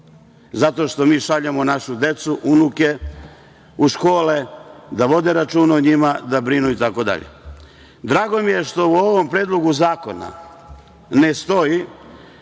zato što mi šaljemo našu decu, unuke u škole, da vode računa o njima, da brinu itd. Drago mi je što u ovom predlogu zakona ne stoji